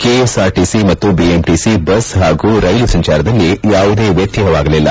KSRTC ಮತ್ತು BMTC bus ಹಾಗೂ ರೈಲು ಸಂಚಾರದಲ್ಲಿ ಯಾವುದೇ ವ್ಯತ್ಯಯವಾಗಲಿಲ್ಲ